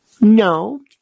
No